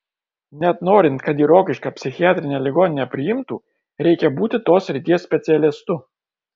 net norint kad į rokiškio psichiatrinę ligoninę priimtų reikia būti tos srities specialistu